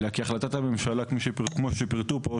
אלא כי החלטת הממשלה 3738, כפי שפרטו פה,